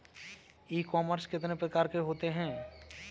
E commerce कितने प्रकार के होते हैं?